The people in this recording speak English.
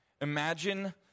imagine